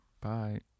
Bye